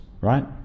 right